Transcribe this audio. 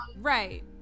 right